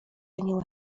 anioła